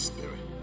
Spirit